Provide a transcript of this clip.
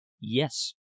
Yes